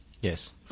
Yes